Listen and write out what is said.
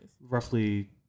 Roughly